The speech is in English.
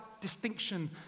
distinction